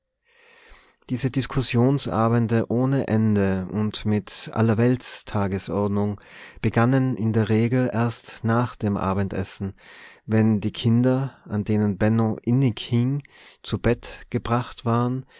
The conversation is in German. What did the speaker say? diese diskussionsabende ohne ende und mit allerweltstagesordnung begannen in der regel erst nach dem abendessen wenn die kinder an denen benno innig hing zu bette gebracht waren